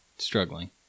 struggling